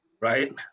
right